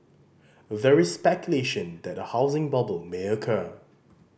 there is speculation that a housing bubble may occur